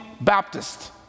Baptist